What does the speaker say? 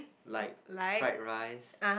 like fried rice